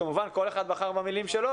כמובן כל אחד בחר במילים שלו,